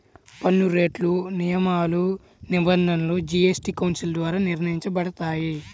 పన్నురేట్లు, నియమాలు, నిబంధనలు జీఎస్టీ కౌన్సిల్ ద్వారా నిర్వహించబడతాయి